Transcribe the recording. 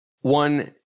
One